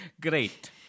Great